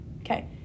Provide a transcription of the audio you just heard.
Okay